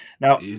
now